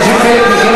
בשביל זה,